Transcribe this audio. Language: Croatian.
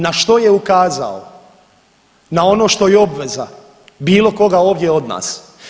Na što je ukazao na ono što je i obveza bilo koga ovdje od nas.